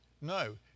No